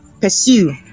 pursue